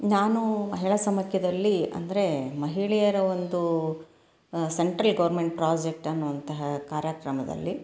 ನಾನು ಮಹಿಳೆಯಾ ಸಮಕ್ಯದಲ್ಲಿ ಅಂದರೆ ಮಹಿಳೆಯರ ಒಂದು ಸೆಂಟ್ರಲ್ ಗೌರ್ಮೆಂಟ್ ಪ್ರಾಜೆಕ್ಟ್ ಎನ್ನುವಂತಹ ಕಾರ್ಯಕ್ರಮದಲ್ಲಿ